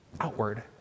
outward